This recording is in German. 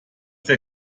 der